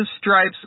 stripes